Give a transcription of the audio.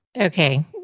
Okay